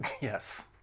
Yes